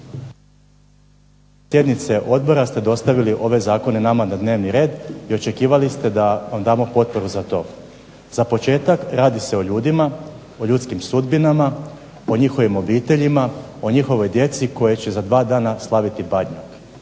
sjednice odbora ste dostavili ove zakone nama na dnevni red i očekivali ste da vam damo potporu za to. Za početak radi se o ljudima, o ljudskim sudbinama, o njihovim obiteljima, o njihovoj djeci koja će za dva dana slaviti Badnjak